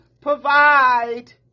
provide